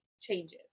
changes